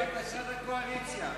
זה על-פי בקשת הקואליציה.